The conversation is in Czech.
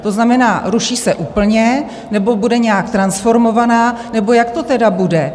To znamená ruší se úplně, nebo bude nějak transformovaná, nebo jak to tedy bude?